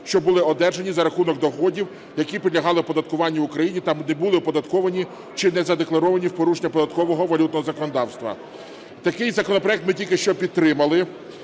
що були одержані за рахунок доходів, які підлягали оподаткуванню в Україні та не були оподатковані чи не задекларовані в порушення податкового валютного законодавства. Такий законопроект ми тільки що підтримали,